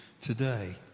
today